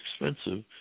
expensive